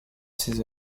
ses